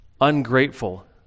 ungrateful